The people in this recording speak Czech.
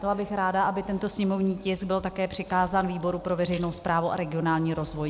Byla bych ráda, aby tento sněmovní tisk byl také přikázán výboru pro veřejnou správu a regionální rozvoj.